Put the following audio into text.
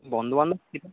বন্ধু বান্ধব ছিলো